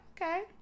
okay